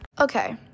Okay